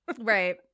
Right